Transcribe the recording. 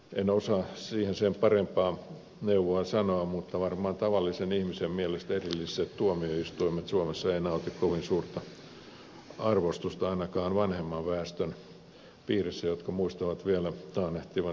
en osaa siihen sen parempaa neuvoa sanoa mutta varmaan tavallisen ihmisen mielestä erilliset tuomioistuimet suomessa eivät nauti kovin suurta arvostusta ainakaan sen vanhemman väestön piirissä joka muistaa vielä taannehtivan sotasyyllisyysoikeudenkäynnin